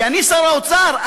כי אני שר האוצר,